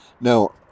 Now